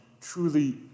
truly